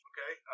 Okay